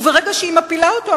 וברגע שהיא מפילה אותו,